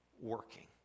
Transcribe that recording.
working